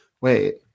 wait